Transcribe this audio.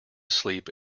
sleep